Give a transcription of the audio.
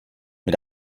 mit